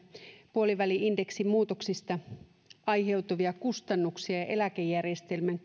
puoliväli indeksin muutoksista aiheutuvista kustannuksista ja eläkejärjestelmän